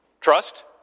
Trust